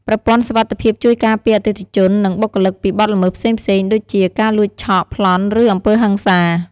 ប្រព័ន្ធសុវត្ថិភាពជួយការពារអតិថិជន និងបុគ្គលិកពីបទល្មើសផ្សេងៗដូចជា ការលួចឆក់ ប្លន់ ឬអំពើហិង្សា។